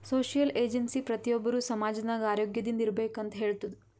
social agency ಪ್ರತಿ ಒಬ್ಬರು ಸಮಾಜ ನಾಗ್ ಆರೋಗ್ಯದಿಂದ್ ಇರ್ಬೇಕ ಅಂತ್ ಹೇಳ್ತುದ್